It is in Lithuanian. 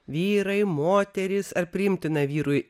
vyrai moterys ar priimtina vyrui